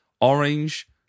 Orange